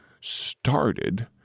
started